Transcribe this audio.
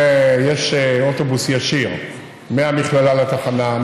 יש אוטובוס ישיר מהמכללה לתחנה,